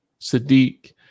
Sadiq